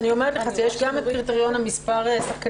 אז אני אומרת לך שיש גם את הקריטריון של מספר השחקניות